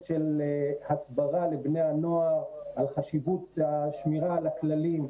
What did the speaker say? של הסברה לבני הנוער על חשיבות שמירה על הכללים.